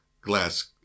glass